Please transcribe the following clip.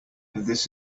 this